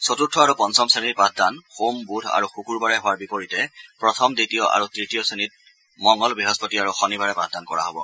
চতুৰ্থ আৰু পঞ্চম শ্ৰেণীৰ পাঠদান সোম বুধ আৰু শুকুৰবাৰে হোৱাৰ বিপৰীতে প্ৰথম দ্বিতীয় আৰু ত়তীয় শ্ৰেণীত মঙল বৃহস্পতি আৰু শনিবাৰে পাঠদান কৰা হব